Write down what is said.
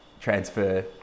transfer